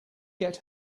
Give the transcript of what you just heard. get